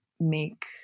make